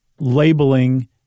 Labeling